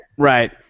Right